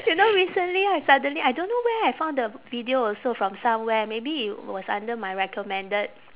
you know recently I suddenly I don't know where I found the video also from somewhere maybe it was under my recommended